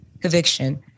conviction